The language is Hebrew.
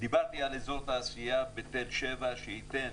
דיברתי על אזור תעשייה בתל שבע שייתן